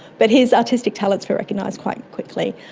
but his artistic talents were recognised quite quickly,